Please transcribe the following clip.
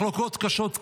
מחלוקות קשות,